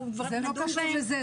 זה לא קשור לזה.